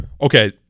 okay